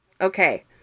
Okay